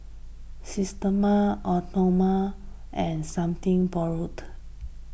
Systema Amore and Something Borrowed